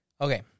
Okay